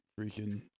freaking